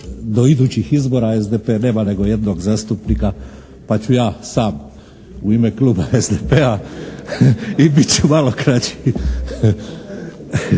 do idućih izbora SDP nema nego jednog zastupnika pa ću ja sam u ime Kluba SDP-a i bit ću malo kraći.